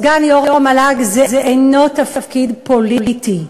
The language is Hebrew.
סגן יו"ר המל"ג אינו תפקיד פוליטי.